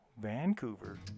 Vancouver